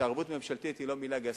התערבות ממשלתית היא לא מלה גסה,